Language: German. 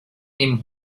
nehmen